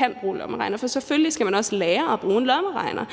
man kan bruge lommeregner, for selvfølgelig skal man også lære at bruge en lommeregner